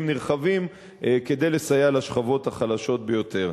נרחבים כדי לסייע לשכבות החלשות ביותר.